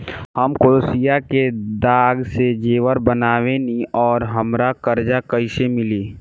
हम क्रोशिया के धागा से जेवर बनावेनी और हमरा कर्जा कइसे मिली?